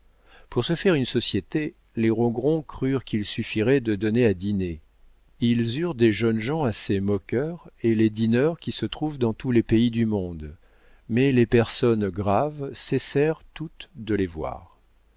pour se faire une société les rogron crurent qu'il suffirait de donner à dîner ils eurent des jeunes gens assez moqueurs et les dîneurs qui se trouvent dans tous les pays du monde mais les personnes graves cessèrent toutes de les voir